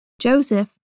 Joseph